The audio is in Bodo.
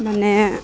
माने